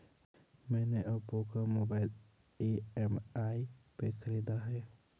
मैने ओप्पो का mobile EMI पे खरीदा है